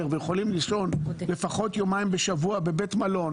ויכולים לישון לפחות יומיים בשבוע בבית מלון,